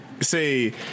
say